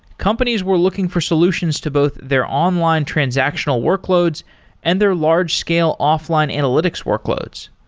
companies were looking for solutions to both their online transactional workloads and their large scale offline analytics workloads.